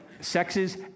sexes